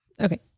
Okay